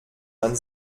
man